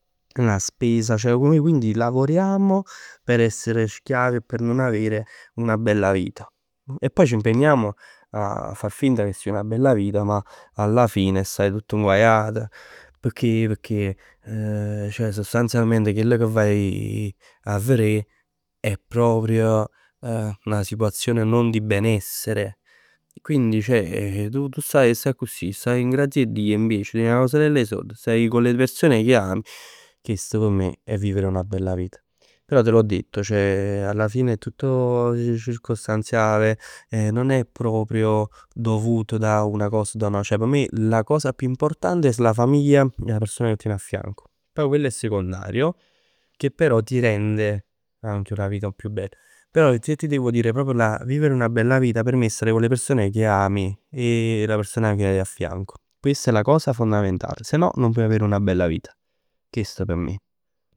La spesa, ceh noi quindi lavoriamo per essere schiavi e per non avere una bella vita. E poi ci impegniamo a far finta che sia una bella vita, ma alla fine staj tutt nguajat. Pecchè? Pecchè ceh sostanzialmente chell che vaje a verè è proprio 'na situazione non di benessere. Quindi ceh tu stai accussì, staje ngrazia 'e Dio invece, tien 'na cusarell 'e sord, stai con le persone che ami. Chest p' me è vivere una bella vita. Però te l'ho detto ceh, alla fine è tutto circostanziale, non è proprio dovuto da una cosa o da un'altra. P' me la cosa più importante è la famiglia e la persona che tieni affianco. Pò quello è secondario, che però ti rende anche la vita più bella. Poj se ti devo dire vivere 'na bella vita p' me è stare con le persone che ami e la persona che hai affianco. Questa è la cosa fondamentale, sennò non puoi avere una bella vita. Chest p' me.